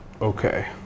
okay